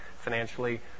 financially